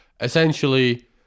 Essentially